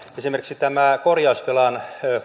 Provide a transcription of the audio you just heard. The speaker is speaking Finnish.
esimerkiksi tämä korjausvelan